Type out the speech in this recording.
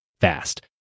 fast